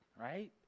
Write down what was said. Right